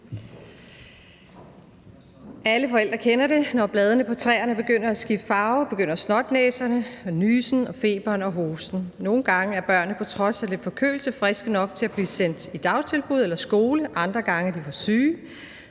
Alle forældre kender det: Når bladene på træerne begynder at skifte farve, kommer snotnæserne, nysene, feberen og hosten. Nogle gange er børnene på trods af lidt forkølelse friske nok til at blive sendt i dagtilbud eller i skole, mens de andre gange er for syge.